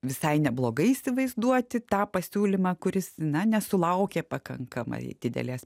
visai neblogai įsivaizduoti tą pasiūlymą kuris na nesulaukė pakankamai didelės